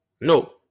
no